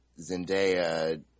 Zendaya